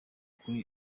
kuri